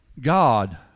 God